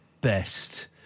best